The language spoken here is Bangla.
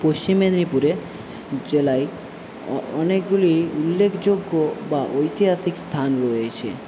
পশ্চিম মেদিনীপুরে জেলায় অনেকগুলি উল্লেখযোগ্য বা ঐতিহাসিক স্থান রয়েছে